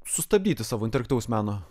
sustabdyti savo interaktyvaus meno